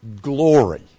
glory